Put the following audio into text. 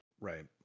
Right